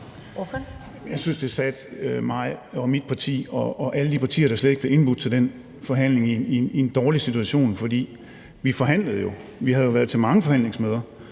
Jeg synes, at det satte mig og mit parti og alle de partier, der slet ikke blev indbudt til den forhandling, i en dårlig situation. Vi forhandlede jo, og vi havde været til mange forhandlingsmøder,